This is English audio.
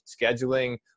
scheduling